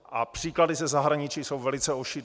A příklady ze zahraničí jsou velice ošidné.